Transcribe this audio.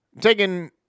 taking